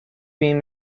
been